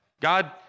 God